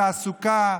בתעסוקה,